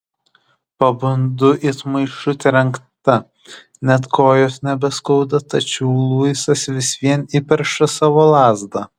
pabundu it maišu trenkta net kojos nebeskauda tačiau luisas vis vien įperša savo lazdą